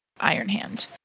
Ironhand